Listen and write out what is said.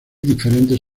diferentes